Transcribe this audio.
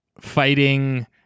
fighting